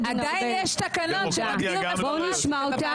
עדיין יש תקנון שמגדיר במפורש את הוועדה לקידום מעמד האישה.